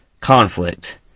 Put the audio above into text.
conflict